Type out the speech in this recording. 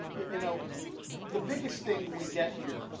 you know the biggest thing we get here